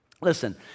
Listen